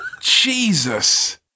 Jesus